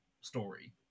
story